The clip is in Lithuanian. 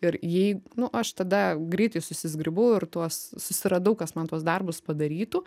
ir jei nu aš tada greitai susizgribau ir tuos susiradau kas man tuos darbus padarytų